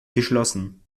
geschlossen